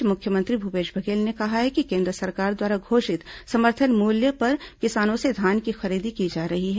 इस बीच मुख्यमंत्री भूपेश बघेल ने कहा है कि केन्द्र सरकार द्वारा घोषित समर्थन मूल्य पर किसानों से धान की खरीदी की जा रही है